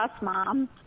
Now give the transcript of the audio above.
mom